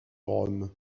rome